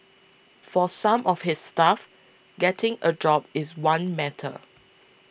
for some of his staff getting a job is one matter